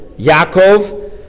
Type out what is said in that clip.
Yaakov